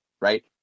right